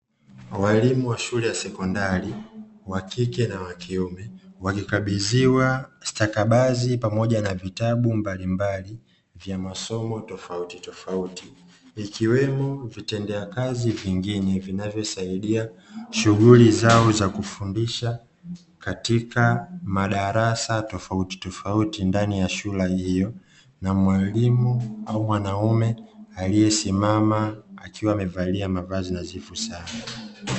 Walimu wa shule ya sekondari wa kike na wakiume walikabidhiwa stakabadhi pamoja na vitabu mbalimbali vya masomo tofautitofauti, ikwemo vitendea kazi vingine, vinavyosaidia shughuli zao za kufundisha katika madarasa tofautitofauti, ndani ya shule hiyo, na mwalimu au mwanaume aliyesimama akiwa amevalia mavazi nadhifu sana.